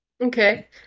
Okay